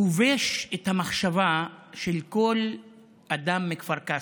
כובש את המחשבה של כל אדם מכפר קאסם,